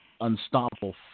unstoppable